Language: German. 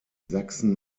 sachsen